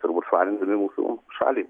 turbūt švarindami mūsų šalį